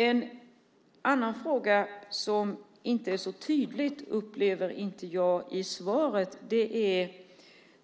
En sak som jag inte upplever som så tydligt i svaret är